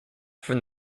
from